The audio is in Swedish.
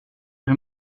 hur